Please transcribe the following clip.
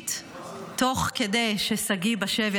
השלישית תוך כדי ששגיא בשבי.